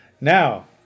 Now